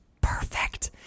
perfect